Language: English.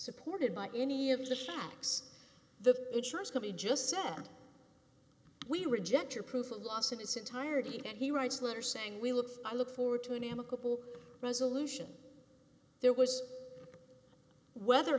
supported by any of the facts the insurance company just said we reject your proof at last in its entirety and he writes a letter saying we look i look forward to an amicable resolution there was whether